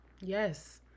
yes